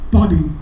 Bobby